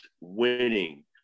winning